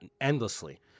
endlessly